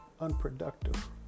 unproductive